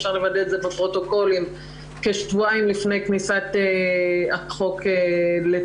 אפשר לוודא את זה בפרוטוקולים כשבועיים לפני כניסת החוק לתוקף.